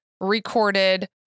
recorded